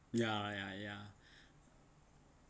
ya ya ya